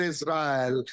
Israel